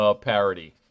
parody